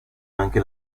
anche